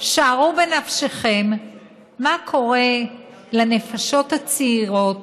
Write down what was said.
שערו בנפשכם מה קורה לנפשות הצעירות